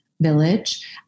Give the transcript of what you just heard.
village